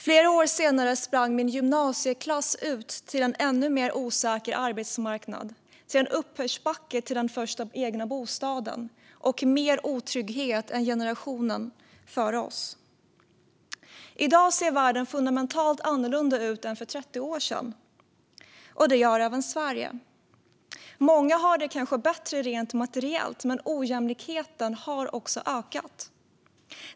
Flera år senare sprang min gymnasieklass ut till en ännu mer osäker arbetsmarknad, en uppförsbacke till den första egna bostaden och mer otrygghet än generationen före oss haft. I dag ser världen fundamentalt annorlunda ut än för 30 år sedan, och det gör även Sverige. Många har det kanske bättre rent materiellt, men ojämlikheten har ökat.